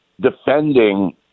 defending